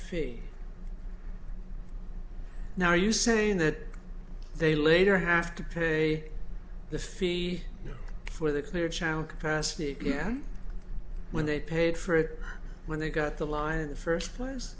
fee now you saying that they later have to pay the fee for the clear channel capacity again when they paid for it when they got the line in the first place